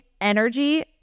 energy